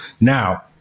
Now